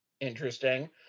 interesting